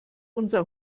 unser